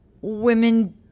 women